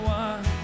one